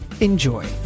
Enjoy